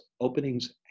openings